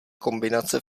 kombinace